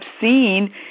seen